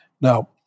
Now